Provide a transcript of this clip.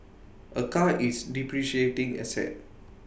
A car is depreciating asset